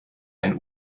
ein